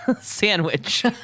sandwich